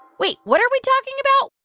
wait. what are we talking about?